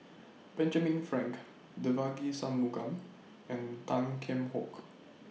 Benjamin Frank Devagi Sanmugam and Tan Kheam Hock